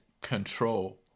control